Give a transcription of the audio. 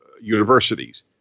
universities